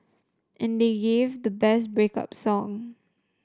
and they gave the best break up song